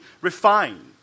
refined